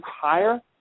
higher